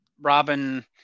Robin